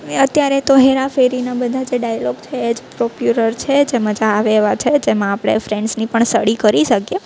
અત્યારે તો હેરાફેરીના બધા જે ડાયલોગ છે એ જ પોપ્યુલર છે જે મજા આવે એવા છે જેમાં આપણે ફ્રેંડ્સની સળી કરી શકીએ